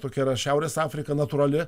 tokia yra šiaurės afrika natūrali